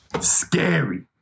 scary